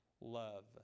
love